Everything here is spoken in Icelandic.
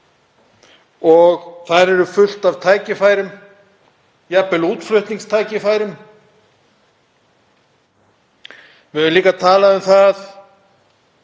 og þar er fullt af tækifærum, jafnvel útflutningstækifærum. Við höfum líka talað um hve